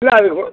இல்லை